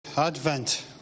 advent